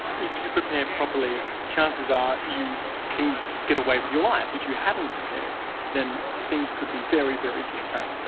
if you prepare properly chances are you can get away with your life if you hadn't prepared then things could be very very different.